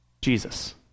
Jesus